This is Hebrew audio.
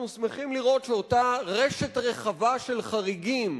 אנחנו שמחים לראות שאותה רשת רחבה של חריגים